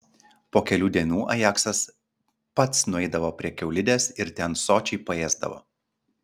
po kelių dienų ajaksas pats nueidavo prie kiaulidės ir ten sočiai paėsdavo